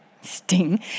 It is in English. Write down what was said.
Sting